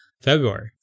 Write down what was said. February